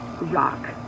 rock